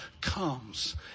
comes